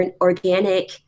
organic